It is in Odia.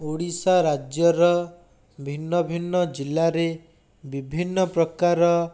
ଓଡ଼ିଶା ରାଜ୍ୟର ଭିନ୍ନ ଭିନ୍ନ ଜିଲ୍ଲାରେ ବିଭିନ୍ନ ପ୍ରକାର